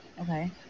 Okay